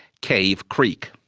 cave creek.